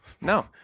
no